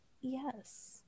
yes